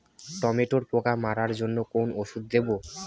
টমেটোর পোকা মারার জন্য কোন ওষুধ দেব?